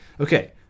okay